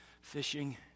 Fishing